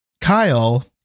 Kyle